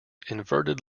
inverted